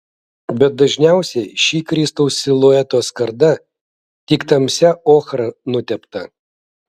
bet dažniausiai ši kristaus silueto skarda tik tamsia ochra nutepta